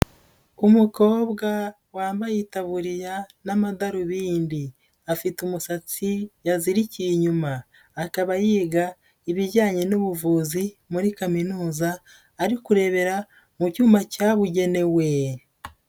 Umukobwa wambaye itaburiya n'amadarubindi afite umusatsi yazirikiye inyuma, akaba yiga ibijyanye n'ubuvuzo muri kaminuza ari kurebera mu cyuma cyabugenewe.